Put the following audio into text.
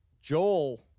Joel